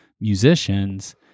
musicians